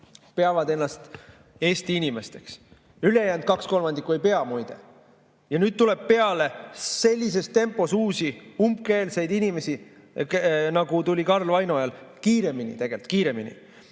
peavad ennast Eesti inimesteks. Ülejäänud kaks kolmandikku ei pea, muide. Nüüd tuleb sellises tempos peale uusi umbkeelseid inimesi, nagu tuli Karl Vaino ajal. Kiiremini tegelikult, kiireminigi.